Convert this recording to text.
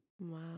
wow